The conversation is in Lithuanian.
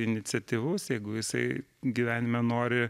iniciatyvus jeigu jisai gyvenime nori